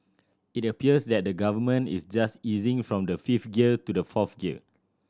it appears that the Government is just easing from the fifth gear to the fourth gear